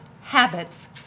habits